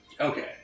Okay